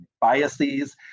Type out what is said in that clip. biases